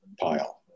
pile